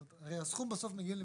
הרי הסכום בסוף מגיע למספר,